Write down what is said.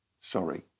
sorry